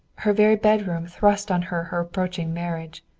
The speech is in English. her very bedroom thrust on her her approaching marriage.